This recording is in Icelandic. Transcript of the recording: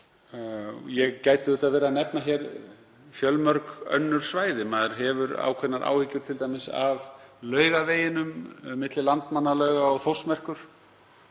Ég gæti auðvitað verið að nefna hér fjölmörg önnur svæði. Maður hefur ákveðnar áhyggjur, t.d. af Laugaveginum, milli Landmannalauga og Þórsmerkur,